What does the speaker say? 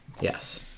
Yes